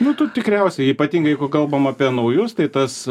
nu tu tikriausiai ypatingai jeigu kalbam apie naujus tai tas